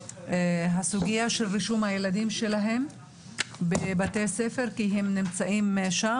הסוגיה של רישום הילדים שלהם בבתי הספר כי הם נמצאים שם.